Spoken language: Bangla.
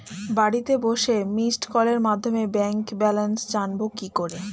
বাড়িতে বসে মিসড্ কলের মাধ্যমে ব্যাংক ব্যালেন্স জানবো কি করে?